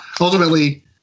ultimately